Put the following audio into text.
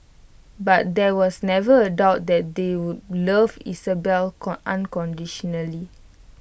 but there was never A doubt that they would love Isabelle unconditionally